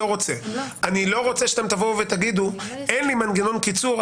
אני לא רוצה שאתם תבואו ותגידו שאין לי מנגנון קיצור,